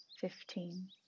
fifteen